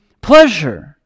pleasure